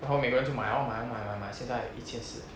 然后每个人就买 lor 买买买买现在一千四